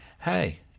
hey